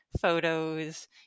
photos